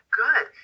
good